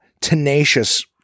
tenacious